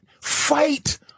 fight